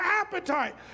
appetite